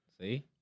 See